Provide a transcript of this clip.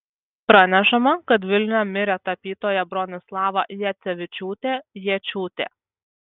pranešama kad vilniuje mirė tapytoja bronislava jacevičiūtė jėčiūtė